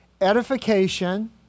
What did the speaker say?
edification